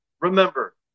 remember